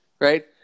right